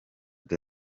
the